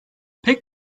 pek